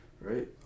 Right